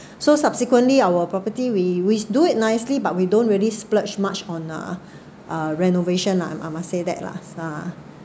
so subsequently our property we we do it nicely but we don't really splurge much on a uh renovation lah I I must say that lah